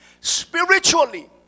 Spiritually